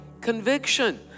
conviction